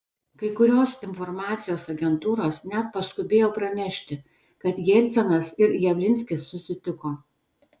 kai kurios informacijos agentūros net paskubėjo pranešti kad jelcinas ir javlinskis susitiko